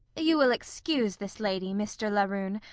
you will excuse this lady, mr. laroon,